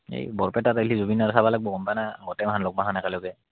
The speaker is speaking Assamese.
এই বৰপেটাত আহিলে জুবিনক চাব লাগিব গম পা নে গোটেইমাখা লগমাখা একেলগে